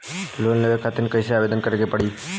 Loan लेवे खातिर कइसे आवेदन करें के पड़ी?